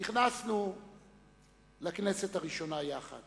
נכנסנו לכנסת לראשונה יחד